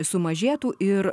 sumažėtų ir